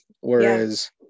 whereas